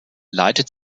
leitet